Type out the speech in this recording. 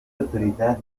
autoridad